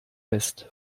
west